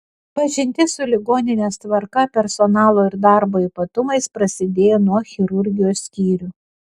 pažintis su ligoninės tvarka personalo ir darbo ypatumais prasidėjo nuo chirurgijos skyrių